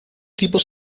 tipos